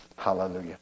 Hallelujah